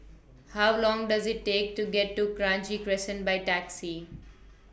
How Long Does IT Take to get to Kranji Crescent By Taxi